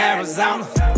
Arizona